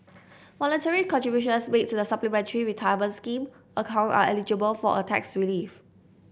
voluntary contributions made to the Supplementary Retirement Scheme account are eligible for a tax relief